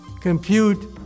compute